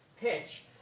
pitch